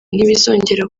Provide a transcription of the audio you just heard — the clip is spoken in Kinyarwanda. ntibizongere